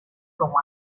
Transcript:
como